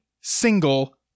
single